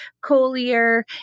Collier